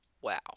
wow